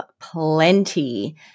plenty